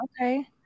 Okay